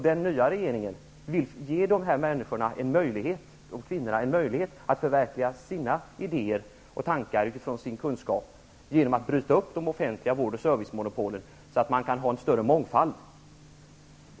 Den nya regeringen vill, genom att bryta upp de offentliga vård och servicemonopolen och möjliggöra en större mångfald, ge kvinnorna en möjlighet att förverkliga sina idéer och tankar utifrån sin kunskap.